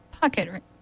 Pocket